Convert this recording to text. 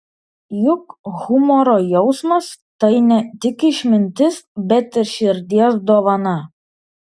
juk humoro jausmas tai ne tik išmintis bet ir širdies dovana